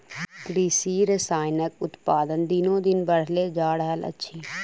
कृषि रसायनक उत्पादन दिनोदिन बढ़ले जा रहल अछि